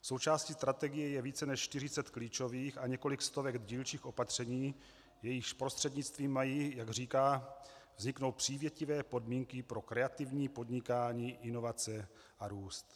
Součástí strategie je více než 40 klíčových a několik stovek dílčích opatření, jejichž prostřednictvím mají, jak říká, vzniknout přívětivé podmínky pro kreativní podnikání, inovace a růst.